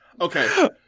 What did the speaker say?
Okay